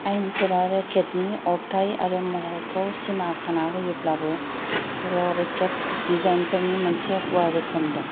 आयेनफोरा rocket नि अरथाय आरो महरखौ सिमा खाना होयोब्लाबो ररेकेट डिजाइन फोरनि मोनसे गुवार रोखोम दं